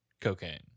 Cocaine